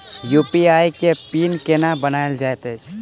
UPI केँ PIN केना बनायल जाइत अछि